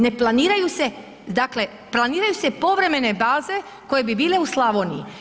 Ne planiraju se, dakle planiraju se povremene baze koje bi bile u Slavoniji.